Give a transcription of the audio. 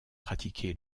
pratiqué